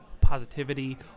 positivity